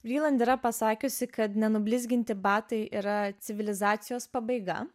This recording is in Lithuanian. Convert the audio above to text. vriland yra pasakiusi kad nenublizginti batai yra civilizacijos pabaiga